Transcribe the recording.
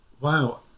wow